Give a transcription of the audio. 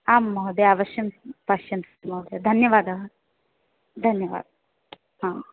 आम् महोदय अवश्यं पश्यन्तु महोदय धन्यवादः धन्यवादः आम्